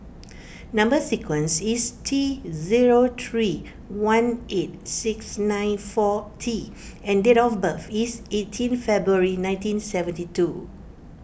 Number Sequence is T zero three one eight six nine four T and date of birth is eighteen February nineteen seventy two